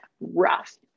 rough